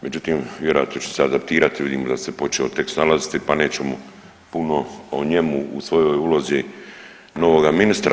Međutim, vjerojatno ću se adaptirati, vidim da se počeo tek snalaziti, pa nećemo puno o njemu u svojoj ulozi novoga ministra.